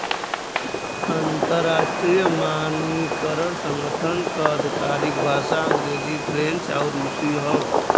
अंतर्राष्ट्रीय मानकीकरण संगठन क आधिकारिक भाषा अंग्रेजी फ्रेंच आउर रुसी हौ